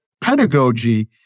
pedagogy